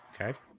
Okay